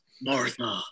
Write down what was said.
Martha